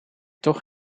toch